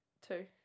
two